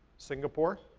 singapore,